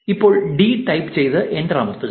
ഇപ്പോൾ 'D' d type ചെയ്ത് enter അമർത്തുക